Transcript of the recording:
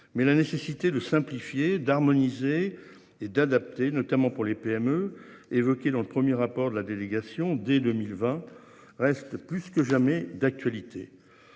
mais la nécessité de simplifier et d'harmoniser et d'adapter, notamment pour les PME, évoqué dans le 1er rapport de la délégation des 2020 reste plus que jamais d'actualité.